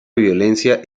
violencia